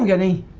um any